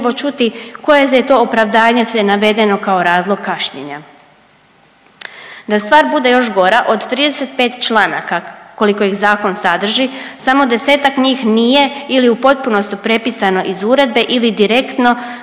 čuti koje je to opravdanje sve navedeno kao razlog kašnjenja. Da stvar bude još gora od 35. članaka koliko ih zakon sadrži samo 10-tak njih nije ili u potpunosti prepisano iz uredbe ili direktno